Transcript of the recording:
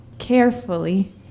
carefully